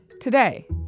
Today